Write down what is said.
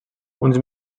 uns